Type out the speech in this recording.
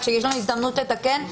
כשיש שלנו הזדמנות לתקן,